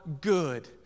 good